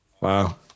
Wow